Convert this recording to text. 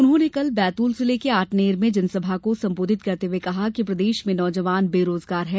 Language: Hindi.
उन्होंने कल बैतूल जिले के आठनेर में जनसभा को संबोधित करते हुए कहा कि प्रदेश में नौजवान बेरोजगार हैं